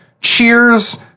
cheers